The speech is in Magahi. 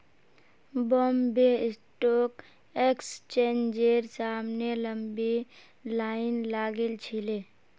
बॉम्बे स्टॉक एक्सचेंजेर सामने लंबी लाइन लागिल छिले